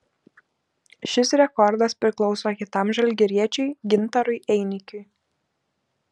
šis rekordas priklauso kitam žalgiriečiui gintarui einikiui